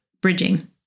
bridging